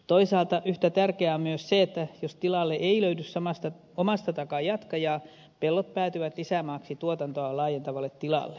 toisaalta yhtä tärkeää on myös se että jos tilalle ei löydy omasta takaa jatkajaa pellot päätyvät lisämaaksi tuotantoaan laajentavalle tilalle